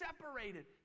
Separated